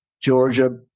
Georgia